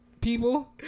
people